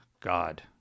God